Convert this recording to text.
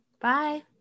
Bye